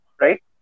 right